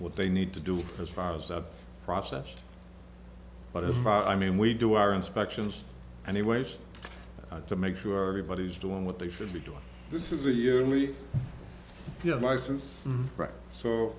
what they need to do as far as the process but if i mean we do our inspections anyways to make sure everybody's doing what they should be doing this is a yearly your license so